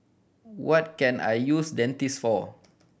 what can I use Dentiste for